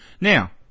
Now